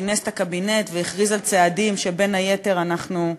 כינס את הקבינט והכריז על צעדים שבין היתר אנחנו